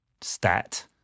stat